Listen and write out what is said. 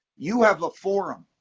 you have a forum.